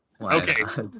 okay